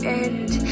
end